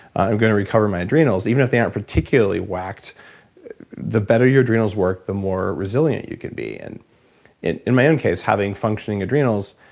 i'm gonna recover my adrenals, even if they aren't particularly whacked the better your adrenals work, the more resilient you can be. and in my own case, having functioning adrenals,